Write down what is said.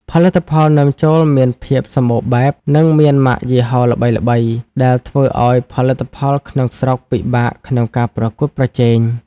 ផលិតផលនាំចូលមានភាពសម្បូរបែប និងមានម៉ាកយីហោល្បីៗ ដែលធ្វើឱ្យផលិតផលក្នុងស្រុកពិបាកក្នុងការប្រកួតប្រជែង។